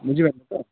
ବୁଝି ତ